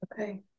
Okay